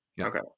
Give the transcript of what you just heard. Okay